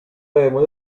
debemos